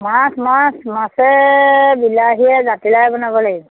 মাছ মাছ মাছে বিলাহীয়ে জাতিলাৱে বনাব লাগিব